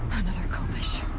another khopesh.